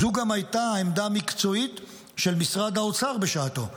זו הייתה גם העמדה המקצועית של משרד האוצר בשעתו,